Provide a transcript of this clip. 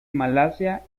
malasia